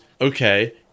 okay